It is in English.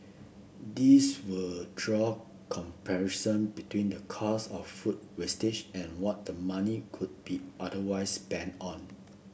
these will draw comparison between the cost of food wastage and what the money could be otherwise spent on